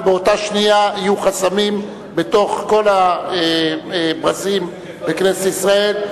ובאותה שנייה יהיו חסכמים בכל הברזים בכנסת ישראל,